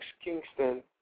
Kingston